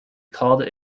called